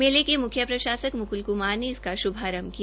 मेले के मुख्य प्रशासक मुकुल कुमार ने इसका शुभारंभ किया